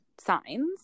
signs